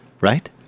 right